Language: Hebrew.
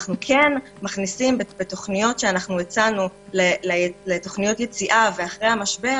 אנו כן מכניסים בתוכניות שהצענו לתוכנוית יציאה ואחרי המשבר,